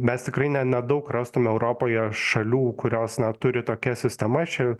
mes tikrai ne nedaug rastume europoje šalių kurios na turi tokias sistemas čia